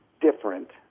different